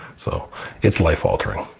so it's life altering.